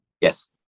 yes